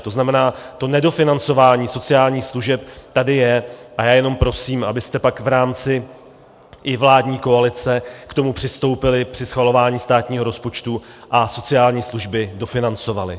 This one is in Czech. To znamená, to nedofinancování sociálních služeb tady je a já jenom prosím, abyste pak v rámci i vládní koalice k tomu přistoupili při schvalování státního rozpočtu a sociální služby dofinancovali.